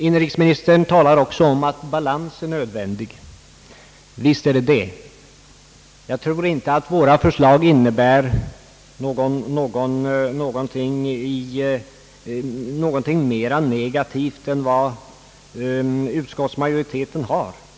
Inrikesministern talade även om att en balans är nödvändig. Visst är den det! Jag tror dock inte att våra förslag innebär någonting mera negativt än vad utskottsmajoriteten har föreslagit.